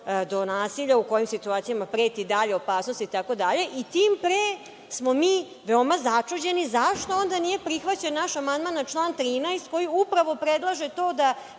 do nasilja, u kojim situacijama preti dalja opasnost itd, i tim pre smo mi veoma začuđeni zašto onda nije prihvaćen naš amandman na član 13. koji upravo predlaže to da